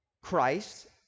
Christ